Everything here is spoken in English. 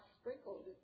sprinkled